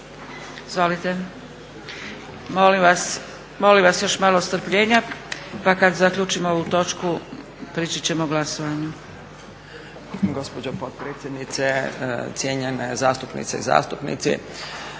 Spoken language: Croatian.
Izvolite. Milim vas još malo strpljenja pa kada završimo ovu točku prići ćemo glasovanju.